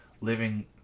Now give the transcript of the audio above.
living